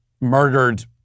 murdered